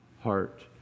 heart